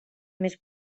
més